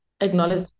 acknowledge